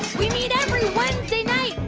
we meet every wednesday night